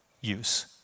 use